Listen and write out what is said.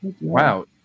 wow